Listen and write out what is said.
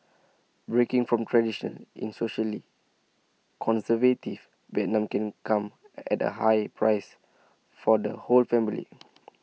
breaking from tradition in socially conservative Vietnam come at A high price for the whole family